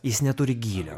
jis neturi gylio